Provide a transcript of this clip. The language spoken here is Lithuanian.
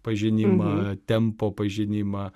pažinimą tempo pažinimą